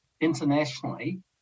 internationally